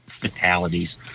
fatalities